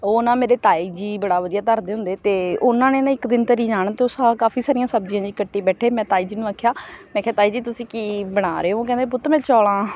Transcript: ਉਹ ਨਾ ਮੇਰੇ ਤਾਈ ਜੀ ਬੜਾ ਵਧੀਆ ਧਰਦੇ ਹੁੰਦੇ ਅਤੇ ਉਹਨਾਂ ਨੇ ਨਾ ਇੱਕ ਦਿਨ ਧਰੀ ਜਾਣ ਅਤੇ ਉਹ ਕਾਫੀ ਸਾਰੀਆਂ ਸਬਜ਼ੀਆਂ ਜੀ ਕੱਟੀ ਬੈਠੇ ਮੈਂ ਤਾਈ ਜੀ ਨੂੰ ਆਖਿਆ ਮੈਂ ਕਿਹਾ ਤਾਈ ਜੀ ਤੁਸੀਂ ਕੀ ਬਣਾ ਰਹੇ ਹੋ ਉਹ ਕਹਿੰਦੇ ਪੁੱਤ ਮੈਂ ਚੌਲ੍ਹਾਂ